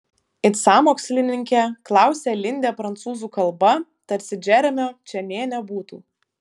it sąmokslininkė klausia lindė prancūzų kalba tarsi džeremio čia nė nebūtų